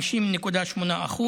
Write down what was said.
50.8%,